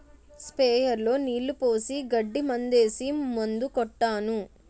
sprayer లో నీళ్లు పోసి గడ్డి మందేసి మందు కొట్టాను